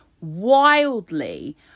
wildly